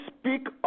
speak